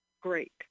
great